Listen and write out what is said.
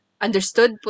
understood